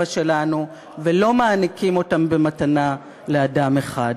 שלנו ולא מעניקים אותם במתנה לאדם אחד.